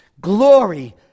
Glory